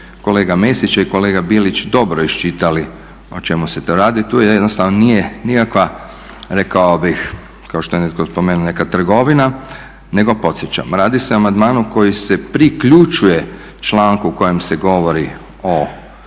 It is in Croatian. kolega Mesić, a i kolega Bilić dobro iščitali o čemu se tu radi, tu jednostavno nije nikakva rekao bih kao što je netko spomenuo neka trgovina nego podsjećam, radi se o amandmanu koji se priključuje članku u kojem se govori o